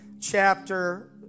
chapter